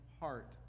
heart